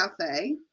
cafe